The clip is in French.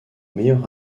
meilleur